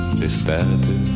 d'estate